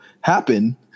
happen